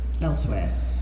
elsewhere